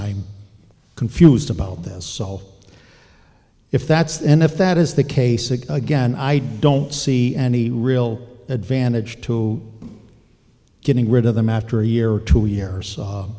i'm confused about this so if that's and if that is the case again i don't see any real advantage to getting rid of them after a year or two years